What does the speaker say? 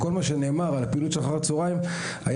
כל מה שנאמר על פעילות אחר הצהריים היה